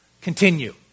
continue